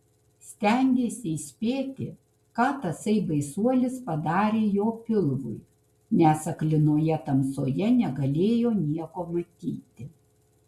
stengėsi įspėti ką tasai baisuolis padarė jo pilvui nes aklinoje tamsoje negalėjo nieko matyti